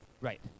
Right